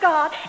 God